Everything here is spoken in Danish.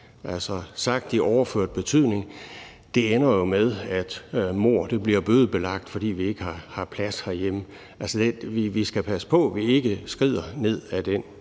Sagt i overført betydning: Det ender jo med, at mord bliver bødebelagt, fordi vi ikke har plads herhjemme i fængslerne. Vi skal passe på, at vi ikke skrider ned ad den